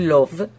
Love